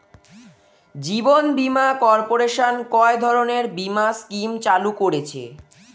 জীবন বীমা কর্পোরেশন কয় ধরনের বীমা স্কিম চালু করেছে?